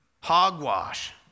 Hogwash